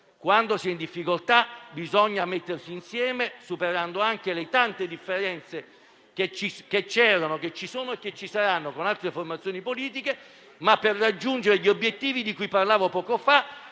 Quando si è in difficoltà bisogna mettersi insieme, superando anche le tante differenze che c'erano, che ci sono e ci saranno con altre formazioni politiche; e ciò per raggiungere gli obiettivi di cui parlavo poco fa,